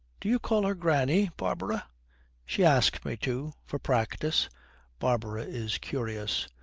do you call her granny, barbara she asked me to for practice barbara is curious.